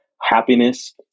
happiness